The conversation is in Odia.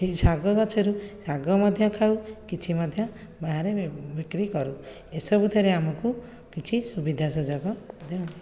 ଶାଗଗଛରୁ ଶାଗ ମଧ୍ୟ ଖାଉ କିଛି ମଧ୍ୟ ବାହାରେ ବିକ୍ରି କରୁ ଏସବୁ ଥେରେ ଆମକୁ କିଛି ସୁବିଧାସୁଯୋଗ ମଧ୍ୟ ମିଳେ